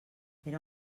era